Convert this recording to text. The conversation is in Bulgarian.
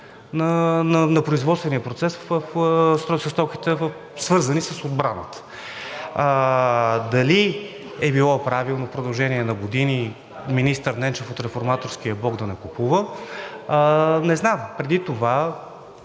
на производствения процес със стоките, свързани с отбраната. Дали е било правилно в продължение на години министър Ненчев от „Реформаторския блок“ да не купува? Не знам. Всичките